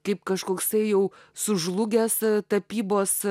kaip kažkoksai jau sužlugęs tapybos